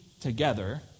together